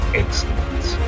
excellence